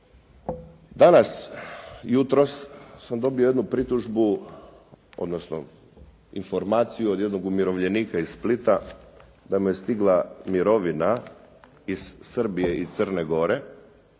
Danas, jutros sam dobio jednu pritužbu, odnosno informaciju od jednog umirovljenika iz Splita, da mu je stigla mirovina iz Srbije i Crne Gore,